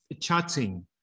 chatting